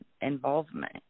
involvement